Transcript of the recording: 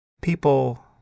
People